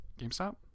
GameStop